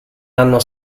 hanno